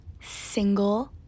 single